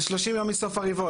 אז 30 יום מסוף הרבעון.